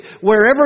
wherever